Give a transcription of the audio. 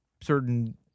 certain